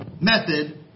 method